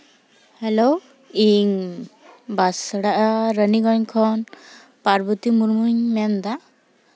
hello ᱤᱧ ᱵᱟᱸᱥᱲᱟ ᱨᱟᱱᱤᱜᱚᱸᱡᱽ ᱠᱷᱚᱱ ᱯᱟᱨᱵᱚᱛᱤ ᱢᱩᱨᱢᱩᱧ ᱢᱮᱱᱫᱟ